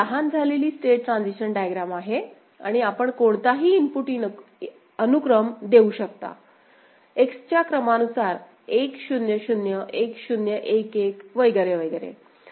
तर ही लहान झालेली स्टेट ट्रान्झिशन डायग्रॅम आहे आणि आपण कोणताही इनपुट अनुक्रम देऊ शकता X च्या क्रमानुसार 1 0 0 1 0 1 1 वगैरे वगैरे